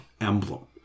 emblem